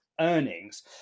earnings